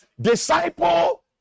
Disciple